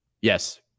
Yes